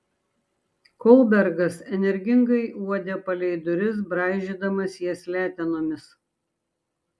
kolbergas energingai uodė palei duris braižydamas jas letenomis